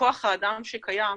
וכוח האדם שקיים,